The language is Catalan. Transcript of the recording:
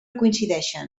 coincideixen